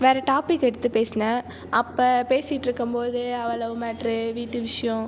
வேறு டாபிக் எடுத்து பேசினேன் அப்போ பேசிட்டுருக்கும்போது அவள் லவ் மேட்டரு வீட்டு விஷயம்